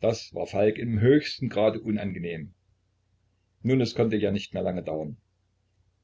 das war falk im höchsten grade unangenehm nun es konnte ja nicht mehr lange dauern